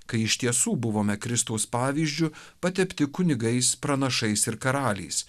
kai iš tiesų buvome kristaus pavyzdžiu patepti kunigais pranašais ir karaliais